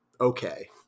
okay